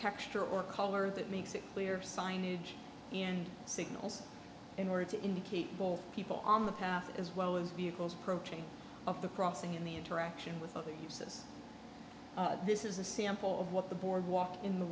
texture or color that makes it clear signage and signals in order to indicate both people on the path as well as vehicles approaching of the crossing in the interaction with other uses this is a sample of what the boardwalk in the